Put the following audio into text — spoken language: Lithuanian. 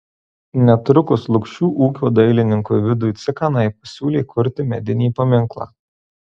netrukus lukšių ūkio dailininkui vidui cikanai pasiūlė kurti medinį paminklą